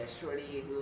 shorty